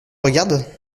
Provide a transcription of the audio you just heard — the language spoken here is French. regarde